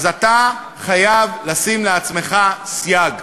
אז אתה חייב לשים לעצמך סייג.